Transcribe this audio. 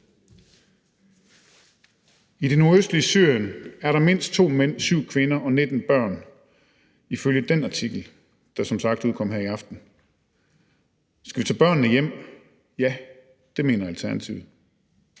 I det nordøstlige Syrien er der mindst 2 mænd, 7 kvinder og 19 børn ifølge den artikel, der som sagt udkom her til aften. Skal vi tage børnene hjem? Ja, det mener Alternativet.